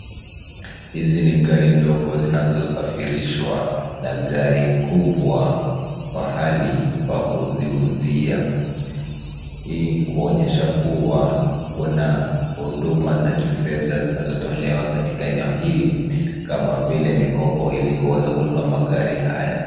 Hizi ni gari ndogo zinazosafirishwa na gari kubwa mahali pa kuziuzia. Hii ni kuonyesha kuwa, kuna huduma za kifedha zinazotolewa katika eneo hili, kama vile mikopo, ili kuweza kuondoa magari haya.